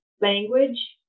language